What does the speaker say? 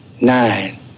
Nine